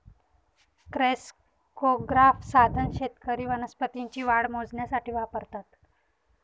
crescograph साधन शेतकरी वनस्पतींची वाढ मोजण्यासाठी वापरतात